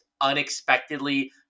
unexpectedly